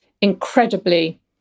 incredibly